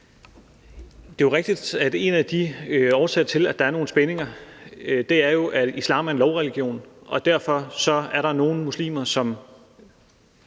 Det er jo rigtigt, at en af de årsager, der er til, at der er nogle spændinger, er, at islam er en lovreligion, og derfor er der nogle muslimer, som